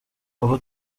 ubu